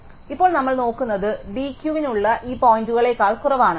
അതിനാൽ ഇപ്പോൾ നമ്മൾ നോക്കുന്നത് d Q വിനുള്ളിലുള്ള ഈ പോയിന്റുകളേക്കാൾ കുറവാണ്